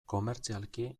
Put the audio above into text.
komertzialki